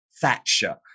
thatcher